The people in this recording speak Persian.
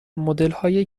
مدلهای